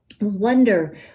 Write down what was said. wonder